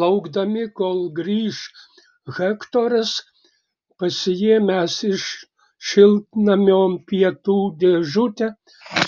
laukdami kol grįš hektoras pasiėmęs iš šiltnamio pietų dėžutę